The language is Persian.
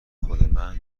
خودمن